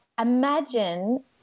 imagine